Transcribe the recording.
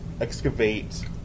excavate